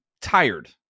tired